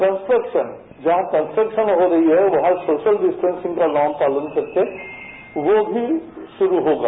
construction जहां construction हो रही है वहां सोशल डिस्टेंसिंग का नॉम पालन करके वो भी शुरू होगा